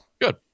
good